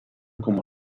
como